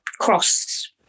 cross